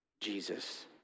Jesus